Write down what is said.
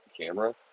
camera